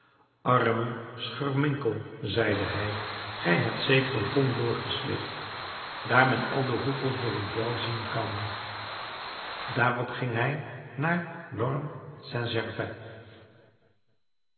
arme scherminkel zeide hij gij hebt zeker een ton doorgeslikt daar men al de hoepels door uw vel zien kan daarop ging hij naar l'orme